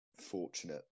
fortunate